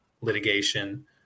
litigation